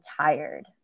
tired